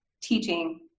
teaching